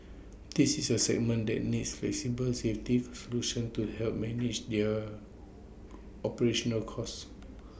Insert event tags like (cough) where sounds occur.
this is A segment that needs flexible safety (noise) solutions to help manage their operational costs